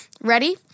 ready